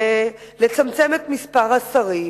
לצמצם את מספר השרים